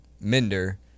minder